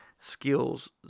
Skills